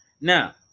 Now